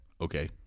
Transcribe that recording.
Okay